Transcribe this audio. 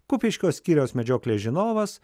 kupiškio skyriaus medžioklės žinovas